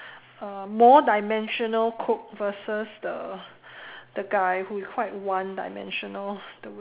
uh more dimensional cook versus the the guy who is quite one dimensional